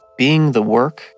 beingthework